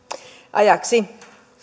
ajaksi